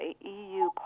EU